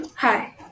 Hi